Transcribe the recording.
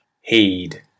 heed